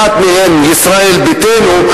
אחת מהן ישראל ביתנו,